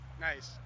Nice